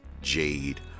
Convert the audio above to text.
Jade